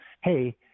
Hey